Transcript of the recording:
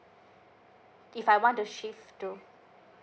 if I want to shift to